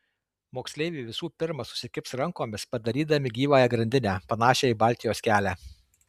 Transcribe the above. moksleiviai visų pirma susikibs rankomis padarydami gyvąją grandinę panašią į baltijos kelią